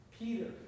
peter